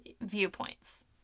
viewpoints